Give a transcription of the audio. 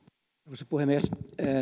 arvoisa puhemies